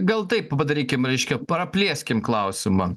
gal taip padarykim reiškia praplėskim klausimą